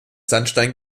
sandstein